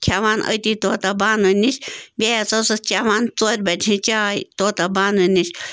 کھٮ۪وان أتی طوطہ بانو نِش بیٚیہِ حظ ٲسٕس چٮ۪وان ژورِ بَجہِ ہِنٛز چاے طوطہ بانو نِش